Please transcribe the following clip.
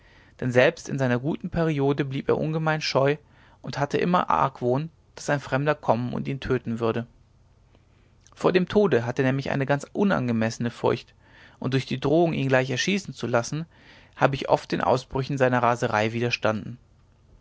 denn selbst in seiner guten periode blieb er ungemein scheu und hatte immer den argwohn daß ein fremder kommen und ihn töten würde vor dem tode hat er nämlich eine ganz ungemessene furcht und durch die drohung ihn gleich erschießen zu lassen habe ich oft den ausbrüchen seiner raserei widerstanden